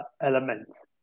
elements